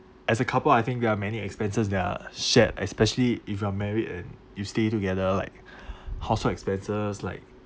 as a couple I think there are many expenses that are shared especially if you are married and you stay together like household expenses like